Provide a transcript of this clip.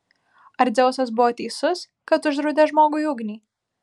ar dzeusas buvo teisus kad uždraudė žmogui ugnį